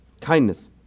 kindness